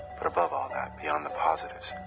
but above all that, beyond the positives.